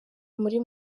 muri